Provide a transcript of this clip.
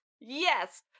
Yes